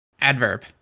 Adverb